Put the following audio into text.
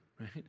right